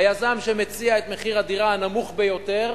היזם שמציע את מחיר הדירה הנמוך ביותר,